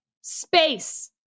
Space